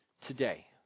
today